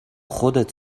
خودت